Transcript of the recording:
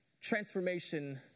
transformation